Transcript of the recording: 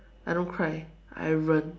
I don't cry I 忍